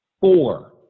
four